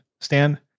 stan